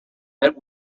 that